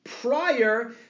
Prior